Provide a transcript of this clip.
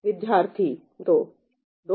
विद्यार्थी 2 2